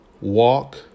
Walk